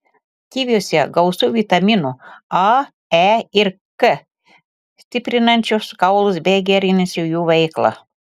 kiviuose gausu vitaminų a e ir k stiprinančių kaulus bei gerinančių jų veiklą